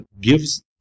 gives